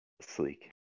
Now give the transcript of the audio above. Sleek